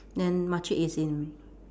then makcik is in